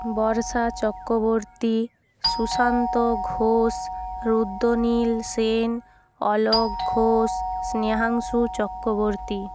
Barsha Chakraborty Sushanta Ghosh Rudranil Sen Alok Ghosh Snehanshu Chakraborty